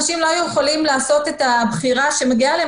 אנשים לא היו יכולים לעשות את הבחירה שמגיעה להם